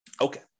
Okay